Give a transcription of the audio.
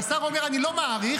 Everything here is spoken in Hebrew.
השר אומר: אני לא מאריך,